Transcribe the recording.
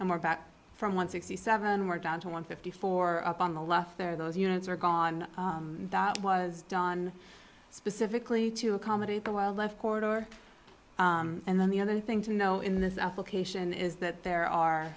and we're back from one sixty seven we're down to one fifty four up on the left there those units are gone that was done specifically to accommodate the wildlife corridor and then the other thing to know in this application is that there are